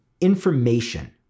information